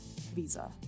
visa